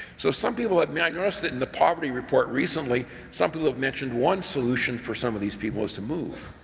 so some people, i mean i noticed in the poverty report recently, some people have mentioned one solution for some of these people is to move.